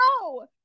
no